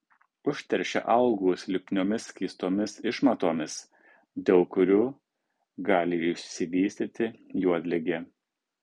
užteršia augalus lipniomis skystomis išmatomis dėl kurių gali išsivystyti juodligė